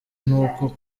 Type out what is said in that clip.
n’uko